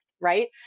right